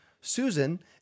Susan